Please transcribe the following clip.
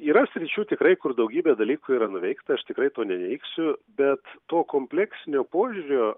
yra sričių tikrai kur daugybė dalykų yra nuveikta aš tikrai to neneigsiu bet to kompleksinio požiūrio